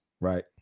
right